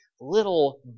little